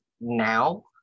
now